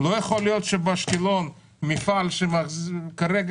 לא יכול להיות שבאשקלון מפעל שכרגע